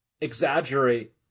exaggerate